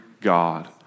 God